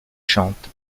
chante